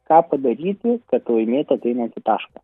ką padaryti kad laimėti ateinantį tašką